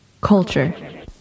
Culture